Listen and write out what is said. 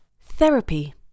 Therapy